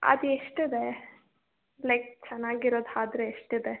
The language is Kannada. ಅದು ಎಷ್ಟಿದೆ ಲೈಕ್ ಚೆನ್ನಾಗಿರೋದು ಆದ್ರೆ ಎಷ್ಟಿದೆ